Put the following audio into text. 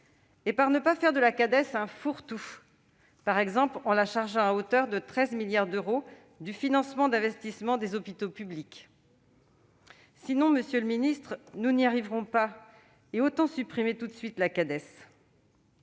-et par ne pas faire de la Cades un « fourre-tout », par exemple en la chargeant à hauteur de 13 milliards d'euros du financement des investissements des hôpitaux publics. Sinon, monsieur le ministre, nous n'y arriverons pas, et autant supprimer tout de suite la Cades